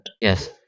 Yes